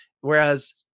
Whereas